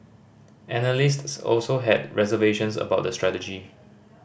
analysts also had reservations about the strategy